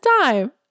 time